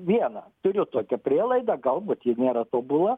viena turiu tokią prielaidą galbūt ji nėra tobula